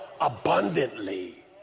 abundantly